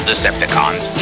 Decepticons